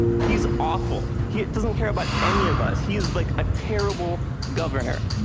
he's awful. he doesn't care about any of us. he's like a terrible governor.